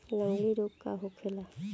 लगड़ी रोग का होखेला?